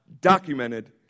documented